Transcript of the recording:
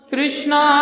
Krishna